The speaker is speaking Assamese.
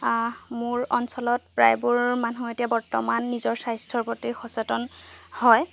মোৰ অঞ্চলত প্ৰায়বোৰ মানুহ এতিয়া বৰ্তমান নিজৰ স্বাস্থ্যৰ প্ৰতি সচেতন হয়